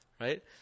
right